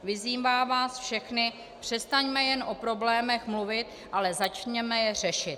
Vyzývám vás všechny přestaňme jen o problémech mluvit, ale začněme je řešit.